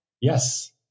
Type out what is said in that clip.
Yes